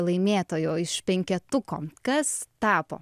laimėtoju iš penketuko kas tapo